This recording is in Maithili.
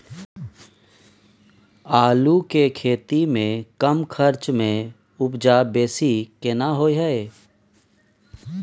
आलू के खेती में कम खर्च में उपजा बेसी केना होय है?